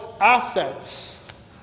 Assets